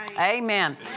Amen